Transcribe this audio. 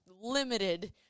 limited